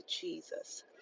Jesus